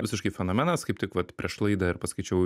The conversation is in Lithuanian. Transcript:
visiškai fenomenas kaip tik vat prieš laidą ir paskaičiau